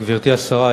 גברתי השרה,